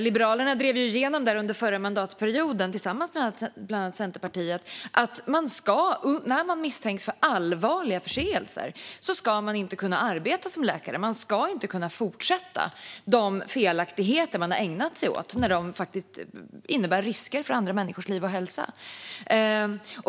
Liberalerna drev under förra mandatperioden tillsammans med bland annat Centerpartiet igenom att man, när man misstänks för allvarliga förseelser, inte ska kunna arbeta som läkare. Man ska inte kunna fortsätta med de felaktigheter som man har ägnat sig åt när de faktiskt innebär risker för andra människors liv och hälsa.